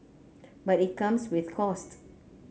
but it comes with costs